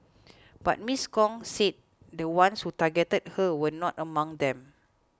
but Miss Gong said the ones who targeted her were not among them